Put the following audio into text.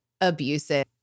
abusive